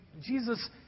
Jesus